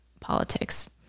politics